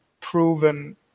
proven